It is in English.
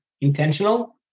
intentional